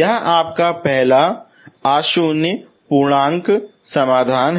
यह आपका पहला नॉन जीरो पूर्णांक समाधान है